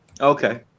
okay